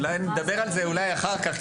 נדבר על זה אחר כך,